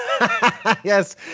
yes